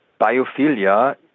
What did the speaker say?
biophilia